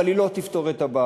אבל היא לא תפתור את הבעיה,